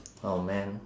oh man